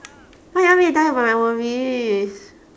why you want me to tell you my worries